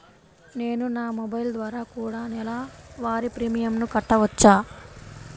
నేను నా మొబైల్ ద్వారా కూడ నెల వారి ప్రీమియంను కట్టావచ్చా?